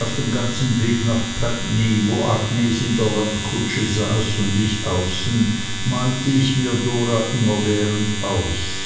auf dem ganzen weg nach putney wo agnes in der landkutsche saß und ich außen malte ich mir dora immerwährend aus